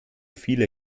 viele